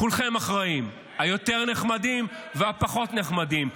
כולכם אחראים: היותר-נחמדים והפחות-נחמדים,